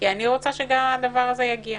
כי אני רוצה שגם הדבר הזה יגיע.